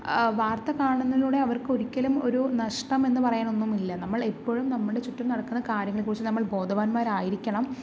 വാർത്ത കാണുന്നതിലൂടെ അവർക്ക് ഒരിക്കലും ഒരു നഷ്ട്ടം എന്ന് പറയാൻ ഒന്നും ഇല്ല നമ്മൾ എപ്പോഴും നമ്മുടെ ചുറ്റും നടക്കുന്ന കാര്യങ്ങളെക്കുറിച്ച് നമ്മൾ ബോധവാന്മാരായിരിക്കണം